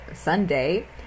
Sunday